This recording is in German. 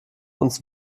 uns